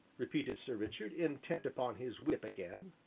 repeated sir richard, intent upon his whip again.